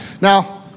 Now